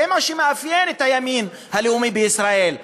זה מה שמאפיין את הימין הלאומי בישראל,